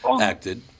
acted